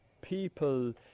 people